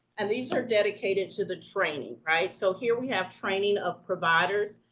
and these are dedicated to the training, right, so here we have training of providers,